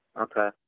Okay